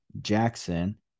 Jackson